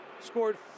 Scored